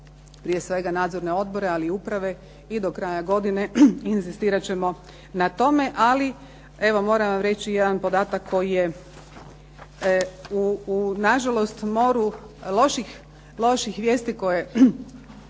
određen za nadzorne odbore i uprave i do kraja godine inzistirat ćemo na tome. Ali moram vam reći jedan podatak koji je na žalost u moru loših vijesti koje